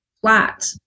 flat